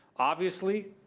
obviously,